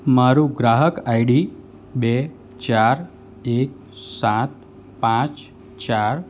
મારું ગ્રાહક આઈડી બે ચાર